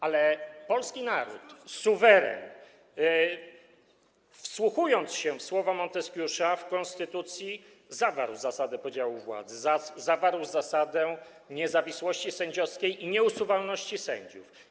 Ale polski naród, suweren, wsłuchując się w słowa Monteskiusza, w konstytucji zawarł zasadę podziału władzy, zawarł zasadę niezawisłości sędziowskiej i nieusuwalności sędziów.